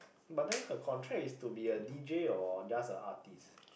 but then her contract is to be a d_j or just a artiste